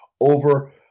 over